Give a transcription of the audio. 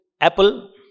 apple